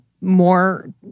more